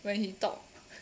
when he talk